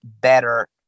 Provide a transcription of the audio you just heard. better